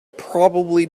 probably